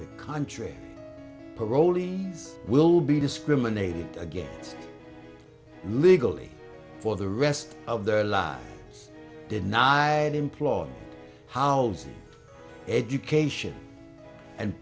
the contrary parolees will be discriminated against legally for the rest of their lives denying employer how education and